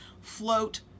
float